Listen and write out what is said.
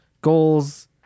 goals